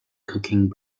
cooking